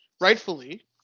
rightfully